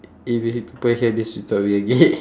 if h~ people hear this we thought we are gay